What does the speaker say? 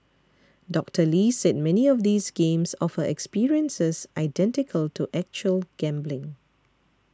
Doctor Lee said many of these games offer experiences identical to actual gambling